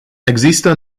există